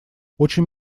очень